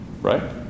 Right